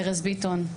ארז ביטון,